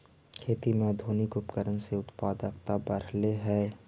खेती में आधुनिक उपकरण से उत्पादकता बढ़ले हइ